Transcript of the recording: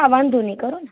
હા વાંધો નહીં કરો ને